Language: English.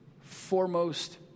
foremost